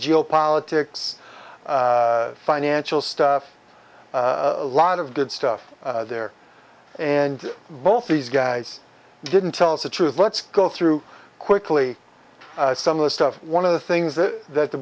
geopolitics financial stuff a lot of good stuff there and both these guys didn't tell us the truth let's go through quickly some of the stuff one of the things that that the